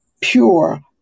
pure